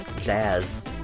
jazz